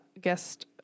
Guest